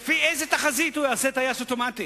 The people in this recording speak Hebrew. לפי איזו תחזית הוא יעשה טייס אוטומטי?